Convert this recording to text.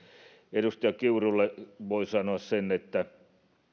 edustaja kiurulle voi sanoa sen että